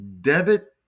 debit